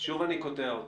שוב אני קוטע אותך.